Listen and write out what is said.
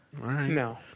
No